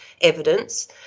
evidence